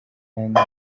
kandi